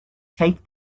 take